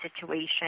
situation